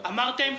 אמרתם: